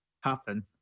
happen